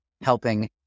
helping